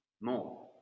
more